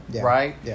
right